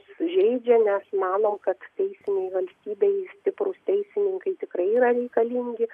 sužeidžia nes manom kad teisinėj valstybėj stiprūs teisininkai tikrai yra reikalingi